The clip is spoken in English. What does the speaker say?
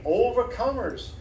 overcomers